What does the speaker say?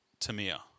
Tamir